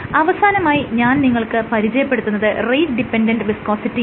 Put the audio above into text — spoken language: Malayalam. അവസാനമായി ഞാൻ നിങ്ങൾക്ക് പരിചയപ്പെടുത്തുന്നത് റേറ്റ് ഡിപെൻഡെന്റ് വിസ്കോസിറ്റിയാണ്